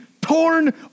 torn